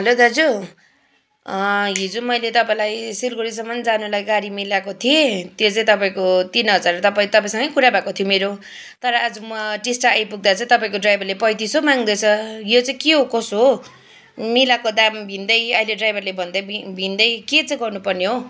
hello दाजु हिजो मैले तपाईँलाई सिलगडीसम्म जानलाई गाडी मिलाएको थिएँ त्यो चाहिँ तपाईँको तिन हजार तपाईँ तपाईँसँगै कुरा भएको थियो मेरो तर आजु म टिस्टा आइपुग्दा चाहिँ तपाईँको ड्राइभरले पैँतिस सौ माग्दैछ यो चाहिँ के हो कसो हो मिलाएको दाम भिन्दै आहिले ड्राइभरले भन्दा भिन्दै के चाहिँ गर्नु पर्ने हो